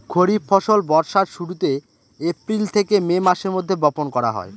খরিফ ফসল বর্ষার শুরুতে, এপ্রিল থেকে মে মাসের মধ্যে, বপন করা হয়